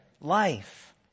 life